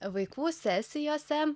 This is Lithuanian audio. vaikų sesijose